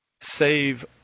Save